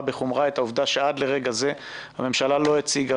בחומרה את העובדה שעד לרגע זה הממשלה לא הציגה,